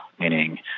Meaning